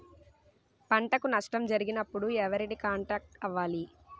పంటకు నష్టం జరిగినప్పుడు ఎవరిని కాంటాక్ట్ అవ్వాలి?